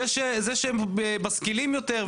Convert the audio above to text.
זה שהם משכילים יותר,